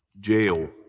jail